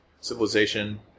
Civilization